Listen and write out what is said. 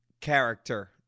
character